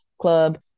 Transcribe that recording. club